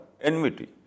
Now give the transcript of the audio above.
enmity